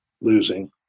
losing